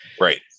right